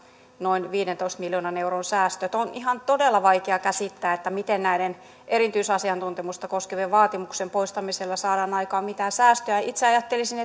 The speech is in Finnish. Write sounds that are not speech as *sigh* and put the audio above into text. noin viidentoista miljoonan euron säästö on ihan todella vaikea käsittää miten näiden erityisasiantuntemusta koskevien vaatimuksien poistamisella saadaan aikaan mitään säästöjä itse ajattelisin *unintelligible*